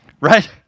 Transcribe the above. right